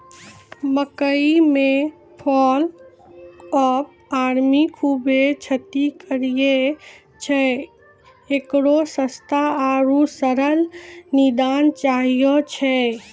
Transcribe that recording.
मकई मे fall of army खूबे क्षति करेय छैय, इकरो सस्ता आरु सरल निदान चाहियो छैय?